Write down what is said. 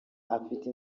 afite